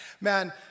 man